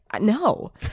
No